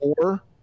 four